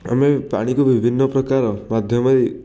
ଆମେ ପାଣିକୁ ବିଭିନ୍ନପ୍ରକାର ମାଧ୍ୟମରେ